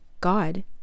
God